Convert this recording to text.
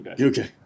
okay